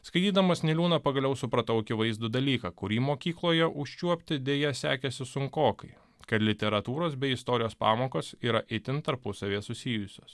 skaitydamas niliūną pagaliau supratau akivaizdų dalyką kurį mokykloje užčiuopti deja sekėsi sunkokai kad literatūros bei istorijos pamokos yra itin tarpusavyje susijusios